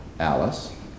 Alice